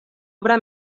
obra